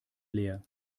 leer